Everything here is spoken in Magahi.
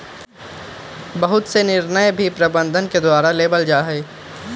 बहुत से निर्णय भी प्रबन्धन के द्वारा लेबल जा हई